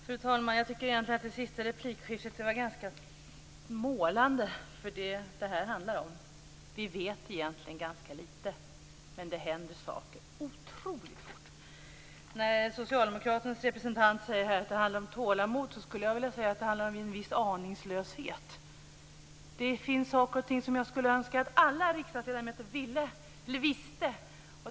Fru talman! Jag tycker att det senaste replikskiftet var ganska målande för vad det här handlar om. Vi vet egentligen ganska lite, men det händer saker otroligt fort. När Socialdemokraternas representant säger att det handlar om tålamod skulle jag vilja säga att det handlar om en viss aningslöshet. Det finns saker och ting som jag skulle önska att alla riksdagsledamöter visste.